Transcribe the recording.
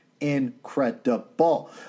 incredible